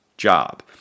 job